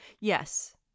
yes